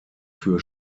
für